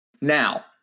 Now